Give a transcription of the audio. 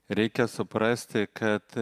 reikia suprasti kad